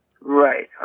Right